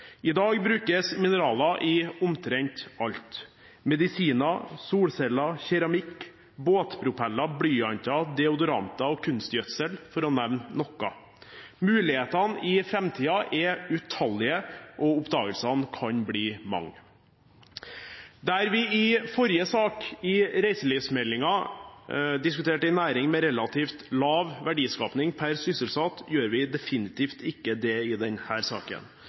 I dag brukes mineraler i omtrent alt – medisiner, solceller, keramikk, båtpropeller, blyanter, deodoranter og kunstgjødsel, for å nevne noe. Mulighetene i framtiden er utallige, og oppdagelsene kan bli mange. Der vi i forrige sak, i reiselivsmeldingen, diskuterte en næring med relativt lav verdiskapning per sysselsatt, gjør vi definitivt ikke det i denne saken.